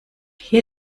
hier